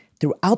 throughout